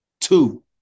Two